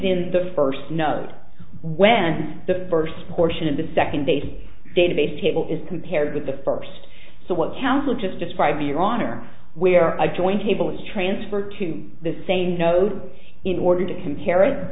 in the first node when the first portion of the second base database table compared with the first so what counsel just describe your honor where i join tables transfer to the same node in order to compare it